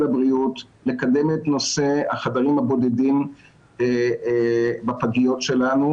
הבריאות לקדם את נושא החדרים הבודדים בפגיות שלנו,